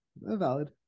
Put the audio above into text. Valid